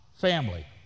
family